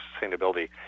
sustainability